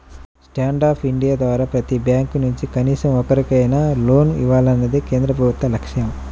stand up India ద్వారా ప్రతి bank నుంచి కనీసం ఒక్కరికైనా లోన్ ఇవ్వాలన్నదే కేంద్ర ప్రభుత్వ లక్ష్యం